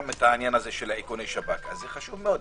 גם העניין הזה של איכוני שב"כ הוא חשוב מאוד,